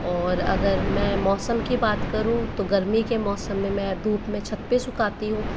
और अगर मैं मौसम की बात करूँ तो गर्मी के मौसम में धूप में छत पर सूखाती हूँ